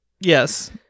Yes